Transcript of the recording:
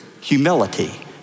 humility